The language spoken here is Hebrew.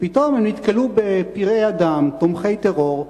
ופתאום הם נתקלו בפראי אדם תומכי טרור,